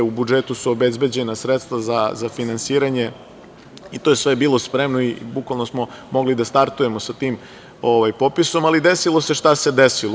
U budžetu su obezbeđena sredstva za finansiranje i to je sve bilo spremno i bukvalno smo mogli da startujemo sa tim popisom, ali se desilo šta se desilo.